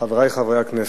חברי חברי הכנסת,